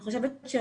אני רוצה להחזיר את